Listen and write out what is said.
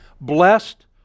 Blessed